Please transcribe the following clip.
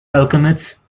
alchemists